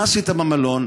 מה עשית במלון?